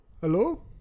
Hello